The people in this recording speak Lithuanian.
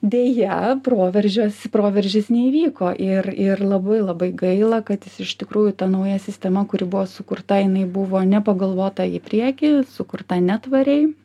deja proveržis proveržis neįvyko ir ir labai labai gaila kad iš tikrųjų ta nauja sistema kuri buvo sukurta jinai buvo nepagalvota į priekį sukurta netvariai